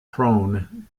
prone